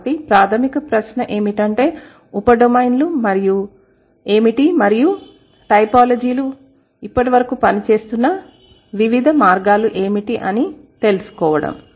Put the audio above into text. కాబట్టి ప్రాధమిక ప్రశ్న ఏమిటంటే ఉప డొమైన్లు ఏమిటి మరియు టైపోలాజీలు ఇప్పటివరకు పనిచేస్తున్న వివిధ మార్గాలు ఏమిటి అని తెలుసుకోవడం